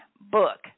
book